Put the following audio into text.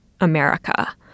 America